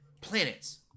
planets